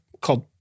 called